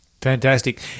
Fantastic